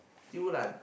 Thew lah